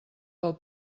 pel